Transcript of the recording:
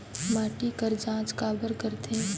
माटी कर जांच काबर करथे?